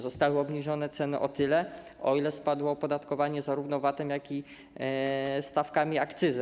Zostały obniżone ceny o tyle, o ile spadło opodatkowanie zarówno VAT-em, jak i stawkami akcyzy.